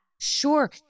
sure